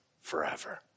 forever